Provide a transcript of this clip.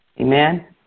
Amen